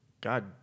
god